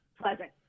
pleasant